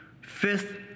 Fifth